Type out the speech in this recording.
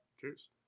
Cheers